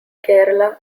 kerala